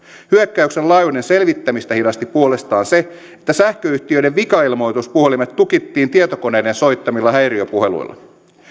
hyökkäyksen laajuuden selvittämistä hidasti puolestaan se että sähköyhtiöiden vikailmoituspuhelimet tukittiin tietokoneiden soittamilla häiriöpuheluilla